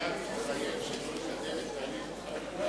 המציעה תתחייב שהיא לא תקדם את תהליך החקיקה,